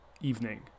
evening